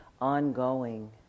ongoing